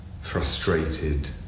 frustrated